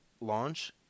launch